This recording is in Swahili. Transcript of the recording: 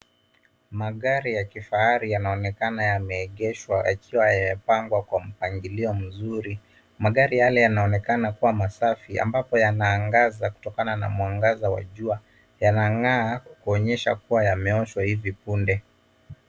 Magari ya kifahari yanaonekana yameegeshwa yakiwa yamepangwa kwa mpangilio mzuri. Magari yale yanaonekana kuwa masafi ambapo yanaangaza kutokana na mwangaza wa jua. Yanang'aa kuonyesha kuwa yameoshwa hivi punde.